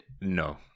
No